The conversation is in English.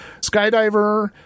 Skydiver